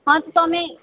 હા તો તમે